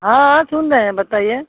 हाँ हाँ सुन रहे हैं बताइए